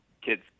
kids